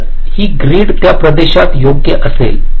तर ही ग्रीड त्या प्रदेशात योग्य असेल